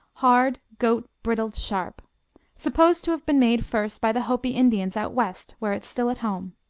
hard goat brittle sharp supposed to have been made first by the hopi indians out west where it's still at home.